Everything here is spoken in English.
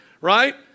right